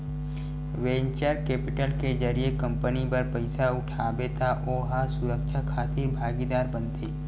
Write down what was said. venture capital के जरिए company बर पइसा उठाबे त ओ ह सुरक्छा खातिर भागीदार बनथे